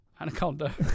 Anaconda